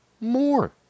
more